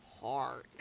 Hard